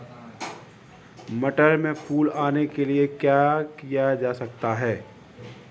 मटर में फूल आने के लिए क्या किया जा सकता है?